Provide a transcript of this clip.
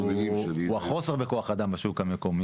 אחד האתגרים שלנו בפרויקט הזה הוא חוסר כוח אדם בשוק המקומי.